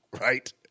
right